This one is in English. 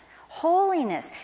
holiness